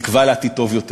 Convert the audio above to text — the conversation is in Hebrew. תקווה לעתיד טוב יותר,